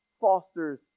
fosters